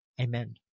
Amen